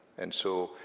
and so,